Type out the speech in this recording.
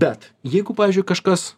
bet jeigu pavyzdžiui kažkas